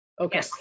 Okay